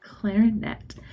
Clarinet